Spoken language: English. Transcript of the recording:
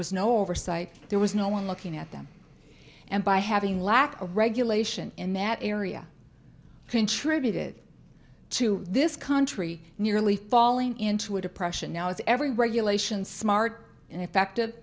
was no oversight there was no one looking at them and by having lack of regulation in that area contributed to this country nearly falling into a depression now is every regulation smart and